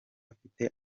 afite